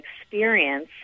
experience